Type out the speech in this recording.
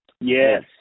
Yes